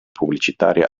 pubblicitaria